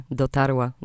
dotarła